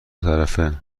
طرفه